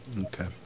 okay